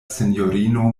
sinjorino